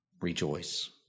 rejoice